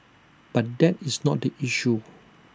but that is not the issue